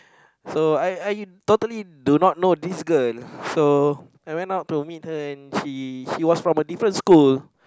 so I I totally do not know this girl so I went out to meet her and he he was from a different school